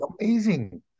amazing